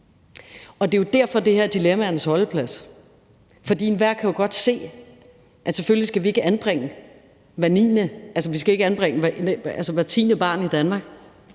dag. Det er jo derfor, det her er dilemmaerne holdeplads, for enhver kan jo godt se, at vi selvfølgelig ikke skal anbringe hvert tiende barn i Danmark.